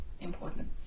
important